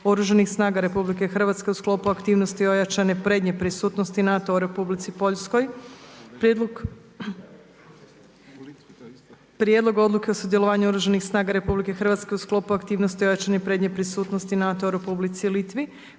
Oružanih snaga RH u sklopu aktivnosti ojačane prednje prisutnosti NATO-a u Republici Poljskoj, - Prijedlog odluke o sudjelovanju Oružanih snaga RH u sklopu aktivnosti ojačane prednje prisutnosti NATO-a u Republici Litvi,